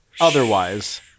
Otherwise